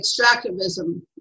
extractivism